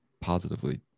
positively